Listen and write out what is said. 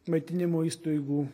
maitinimo įstaigų